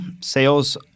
Sales